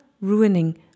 ruining